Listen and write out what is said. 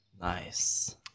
Nice